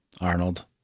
Arnold